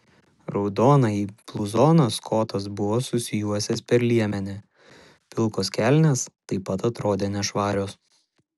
raudonąjį bluzoną skotas buvo susijuosęs per liemenį pilkos kelnės taip pat atrodė nešvarios